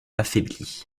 affaibli